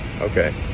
Okay